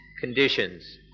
conditions